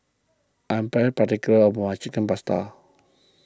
I'm very particular about my Chicken Pasta